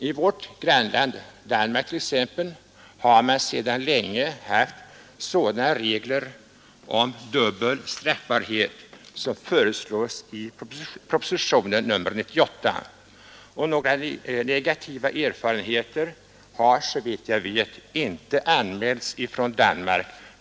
I vårt grannland Danmark t.ex. har man sedan länge haft sådana regler om dubbel straffbarhet som föreslås i propositionen 98, och några negativa erfarenheter av dessa regler har, såvitt jag vet, inte anmälts från Danmark.